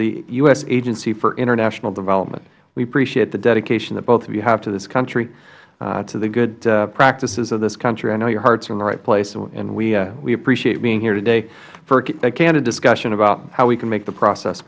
the u s agency for international development we appreciate the dedication that both of you have to this country to the good practices of this country i know your heart is in the right place and we appreciate you being here today for a candid discussion about how we can make the process